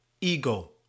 ego